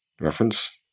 reference